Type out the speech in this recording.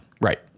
Right